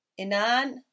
Inan